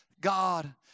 God